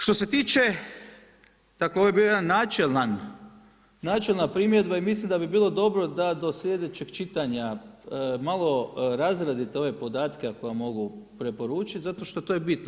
Što se tiče, dakle ovo je bio jedan načelna primjedba i mislim da bi bilo dobro da do sljedećeg čitanja malo razradite ove podatke ako vam mogu preporučiti, zato što to je bitno.